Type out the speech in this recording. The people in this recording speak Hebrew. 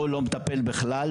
או לא מטפל בכלל,